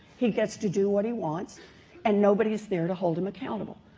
he gets to do what he wants and nobody is there to hold him accountable.